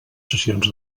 sessions